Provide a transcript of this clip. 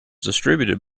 distributed